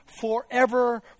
forever